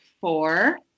four